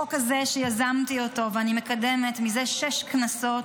החוק הזה, שיזמתי אותו ואני מקדמת מזה שש כנסות,